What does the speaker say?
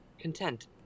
content